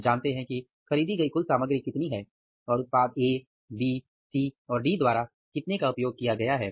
हम जानते हैं कि खरीदी गई कुल सामग्री कितनी है और उत्पाद ए बी सी और डी द्वारा कितने का उपयोग किया गया है